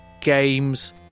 games